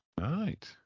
Right